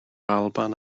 alban